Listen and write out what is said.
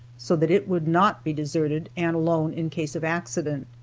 so that it would not be deserted and alone in case of accident.